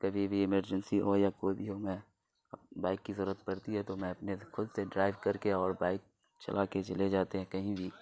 کبھی بھی ایمرجنسی ہو یا کوئی بھی ہو میں بائک کی ضرورت پڑتی ہے تو میں اپنے سے خود سے ڈرائیو کر کے اور بائک چلا کے چلے جاتے ہیں کہیں بھی